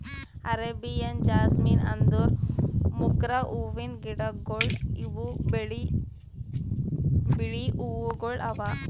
Arabian jasmine ಅಂದುರ್ ಮೊಗ್ರಾ ಹೂವಿಂದ್ ಗಿಡಗೊಳ್ ಇವು ಬಿಳಿ ಹೂವುಗೊಳ್ ಅವಾ